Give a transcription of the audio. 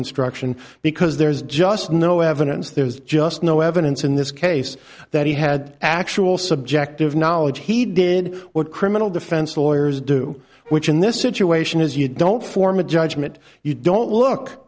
instruction because there's just no evidence there's just no evidence in this case that he had actual subjective knowledge he did what criminal defense lawyers do which in this situation is you don't form a judgment you don't look